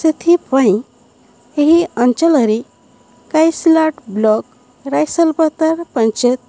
ସେଥିପାଇଁ ଏହି ଅଞ୍ଚଳରେ ଗାଇସ୍ଲାଡ଼ ବ୍ଲକ ରାଇସଲପତର ପଞ୍ଚାୟତ